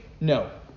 No